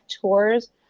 tours